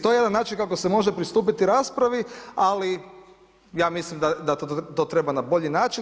To je jedan način kako se može pristupiti raspravi, ali ja mislim da to treba na bolji način.